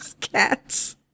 cats